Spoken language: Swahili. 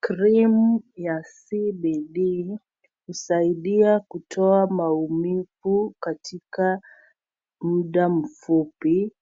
Cream ya CBD husaidia kutoa maumivu katika muda mfupi